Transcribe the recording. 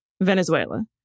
Venezuela